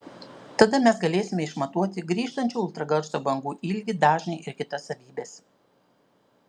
tada mes galėsime išmatuoti grįžtančių ultragarso bangų ilgį dažnį ir kitas savybes